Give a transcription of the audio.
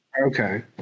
Okay